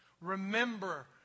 Remember